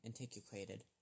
antiquated